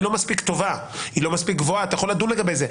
לא מספיק טובה או גבוהה אפשר לדון לגבי זה,